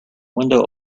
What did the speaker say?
window